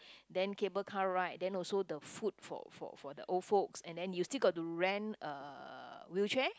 then cable car ride then also the food for for for the old folks and then you still got to rent uh wheelchair